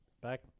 Back